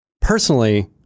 Personally